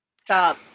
Stop